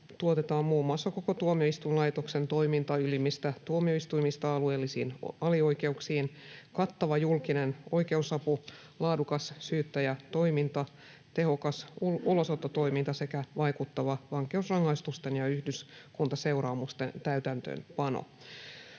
tuotetaan muun muassa koko tuomioistuinlaitoksen toiminta ylimmistä tuomioistuimista alueellisiin alioikeuksiin, kattava julkinen oikeusapu, laadukas syyttäjätoiminta, tehokas ulosottotoiminta sekä vaikuttava vankeusrangaistusten ja yhdyskuntaseuraamusten täytäntöönpano.